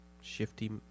shifty